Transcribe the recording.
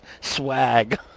Swag